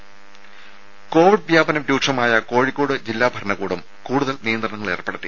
രുമ കോവിഡ് വ്യാപനം രൂക്ഷമായ കോഴിക്കോട്ട് ജില്ലാ ഭരണകൂടം കൂടുതൽ നിയന്ത്രണങ്ങൾ ഏർപ്പെടുത്തി